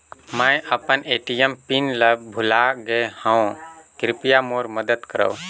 मैं अपन ATM PIN ल भुला गे हवों, कृपया मोर मदद करव